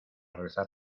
rezar